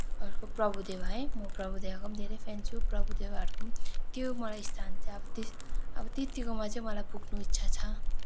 अर्को प्रभु देवा है म प्रभु देवाको पनि धेरै फ्यान छु प्रभु देवाहरूको पनि त्यो मलाई स्थान चाहिँ अब त्यतिकोमा चाहिँ मलाई पुग्नु इच्छा छ